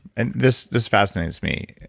and this this fascinates me,